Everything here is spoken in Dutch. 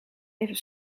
even